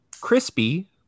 crispy